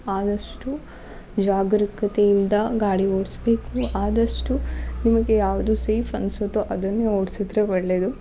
ಆದಷ್ಟು ಜಾಗರೂಕತೆಯಿಂದ ಗಾಡಿ ಓಡಿಸ್ಬೇಕು ಆದಷ್ಟು ನಿಮಗೆ ಯಾವುದು ಸೇಫ್ ಅನಿಸುತ್ತೋ ಅದನ್ನೇ ಓಡ್ಸಿದ್ರೆ ಒಳ್ಳೆಯದು